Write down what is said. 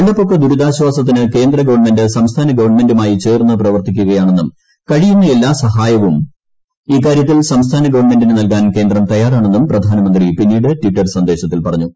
വെള്ളപൊക്ക ദുരിതാശ്വാസത്തിന് കേന്ദ്ര ഗവൺമെന്റ് സംസ്ഥാന ഗവൺമെന്റുമായി ചേർന്ന് പ്രവർത്തിക്കുകയാണെന്നും കഴിയുന്ന എല്ലാസഹായവും ഇക്കാര്യത്തിൽ സംസ്ഥാന ഗവൺമെന്റിന് നൽകാൻ കേന്ദ്രം തയ്യാറാണെന്നും പ്രധാനമന്തി പിന്നീട് ട്വിറ്റർ സന്ദേശത്തിൽ പറഞ്ഞു